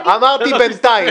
אמרתי "בינתיים".